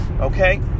Okay